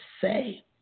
say